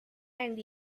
and